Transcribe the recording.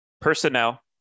personnel